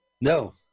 No